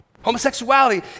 Homosexuality